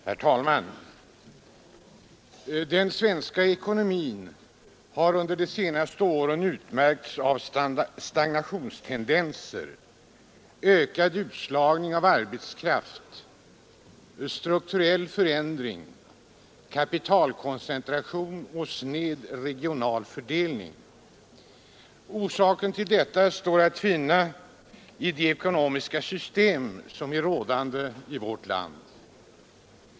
Herr talman! Den svenska ekonomin har under de senaste åren utmärkts av stagnationstendenser, ökad utslagning av arbetskraft, strukturell förändring, kapitalkoncentration och sned regionalfördelning. Orsaken till detta står att finna i det ekonomiska system som är rådande i vårt land.